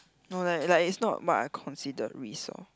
no leh like is not what I consider risk orh